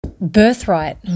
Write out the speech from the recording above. birthright